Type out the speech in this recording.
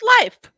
life